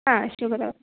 ആ ഷുഗർ